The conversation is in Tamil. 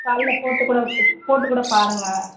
கால்ல போட்டு கூட செப் போட்டு கூட பாருங்கள்